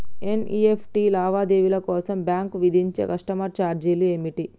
NEFT లావాదేవీల కోసం bank విధించే కస్టమర్ ఛార్జీలు ఏమిటి?